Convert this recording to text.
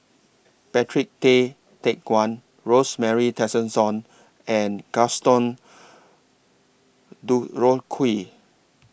Patrick Tay Teck Guan Rosemary Tessensohn and Gaston Dutronquoy